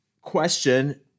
question